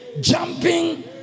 jumping